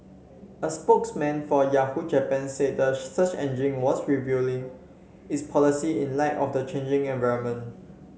a spokesman for Yahoo Japan said the search engine was reviewing its policy in light of the changing environment